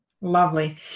Lovely